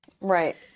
Right